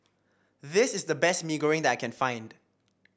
this is the best Mee Goreng that I can find